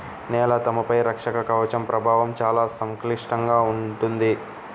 నేల తేమపై రక్షక కవచం ప్రభావం చాలా సంక్లిష్టంగా ఉంటుంది